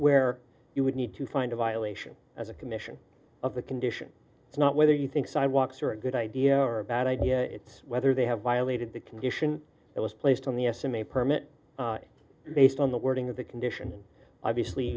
where you would need to find a violation as a commission of the condition it's not whether you think sidewalks are a good idea or a bad idea it's whether they have violated the condition it was placed on the estimate permit based on the wording of the condition obviously